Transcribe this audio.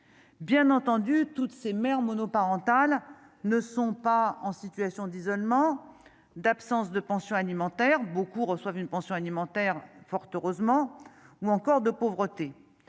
bien entendu, toutes ces mères monoparentales ne sont pas en situation d'isolement, d'absence de pension alimentaire beaucoup reçoivent une pension alimentaire, fort heureusement, ou encore de pauvreté,